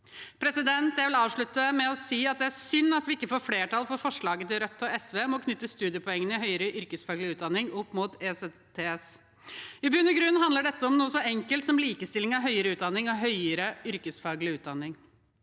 sammenhengen. Jeg vil avslutte med å si at det er synd at vi ikke får flertall for forslaget til Rødt og SV om å knytte studiepoeng i høyere yrkesfaglig utdanning opp mot ECTS. I bunn og grunn handler dette om noe så enkelt som likestilling av høyere utdanning og høyere yrkesfaglig utdanning.